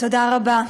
תודה רבה.